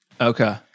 Okay